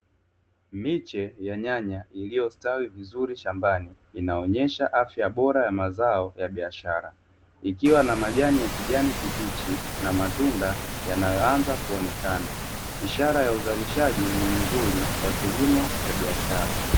Miche ya Nyanya iliyostawi vizuri shambani inaonyesha afya bora ya mazao ya biashara, ikiwa na Majani ya kijani kibichi na matunda yanayoanza kuonekana, ishara ya uzalishaji ni mzuri kwa kilimo cha biashara.